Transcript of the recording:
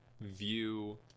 view